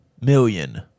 million